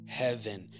heaven